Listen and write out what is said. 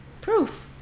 proof